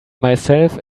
myself